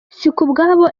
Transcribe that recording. sikubwabo